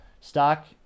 stock